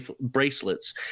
bracelets